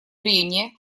прения